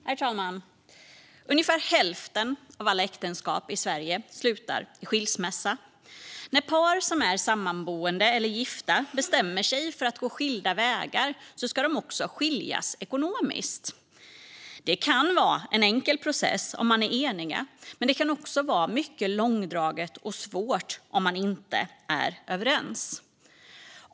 Herr talman! Ungefär hälften av alla äktenskap i Sverige slutar i skilsmässa. När par som är sammanboende eller gifta bestämmer sig för att gå skilda vägar ska de också skiljas ekonomiskt. Det kan vara en enkel process om de är eniga, men det kan också vara mycket långdraget och svårt om de inte är överens.